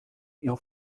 ihre